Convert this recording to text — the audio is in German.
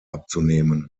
abzunehmen